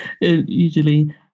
usually